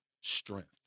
strength